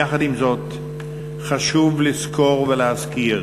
יחד עם זאת חשוב לזכור ולהזכיר